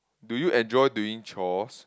do you enjoy doing chores